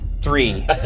Three